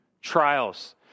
Trials